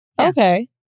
okay